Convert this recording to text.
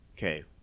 Okay